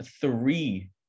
three